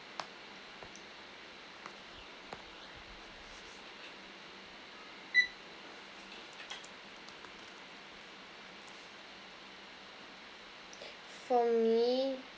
for me